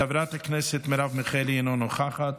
חברת הכנסת מרב מיכאלי, אינה נוכחת,